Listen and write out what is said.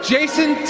Jason